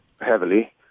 heavily